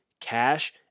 cash